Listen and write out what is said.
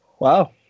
Wow